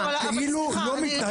כאילו לא מתנהל פה דיון.